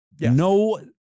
No